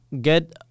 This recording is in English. get